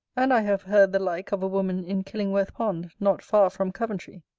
and i have heard the like of a woman in killingworth pond, not far from coventry.